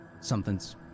somethings